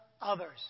others